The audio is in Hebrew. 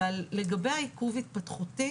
לגבי העיכוב ההתפתחותי